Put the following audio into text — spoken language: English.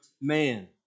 man